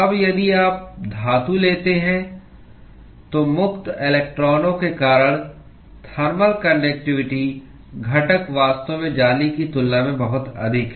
अब यदि आप धातु लेते हैं तो मुक्त इलेक्ट्रॉनों के कारण थर्मल कान्डक्टिवटी घटक वास्तव में जाली की तुलना में बहुत अधिक है